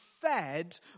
fed